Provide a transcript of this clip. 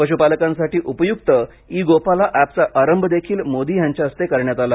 पशुपालकांसाठी उपयुक्त ई गोपाला एपचा आरंभ देखील मोदी यांच्या हस्ते करण्यात आला